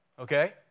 Okay